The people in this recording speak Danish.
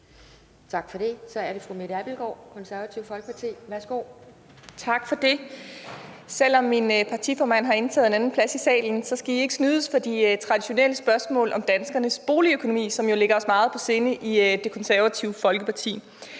Tak for det. Så er det fru Mette Abildgaard, Det Konservative Folkeparti. Værsgo. Kl. 10:38 Mette Abildgaard (KF): Tak for det. Selv om min partiformand har indtaget en anden plads i salen, skal I ikke snydes for de traditionelle spørgsmål om danskernes boligøkonomi, som jo ligger os meget på sinde i Det Konservative Folkeparti.